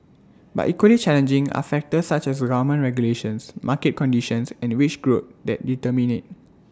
but equally challenging are factors such as government regulations market conditions and wage growth that determine IT